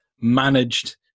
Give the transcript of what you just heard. managed